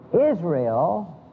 Israel